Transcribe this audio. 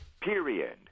Period